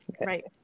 Right